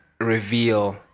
reveal